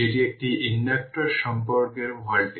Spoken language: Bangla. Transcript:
সুতরাং এটি 20 ভোল্ট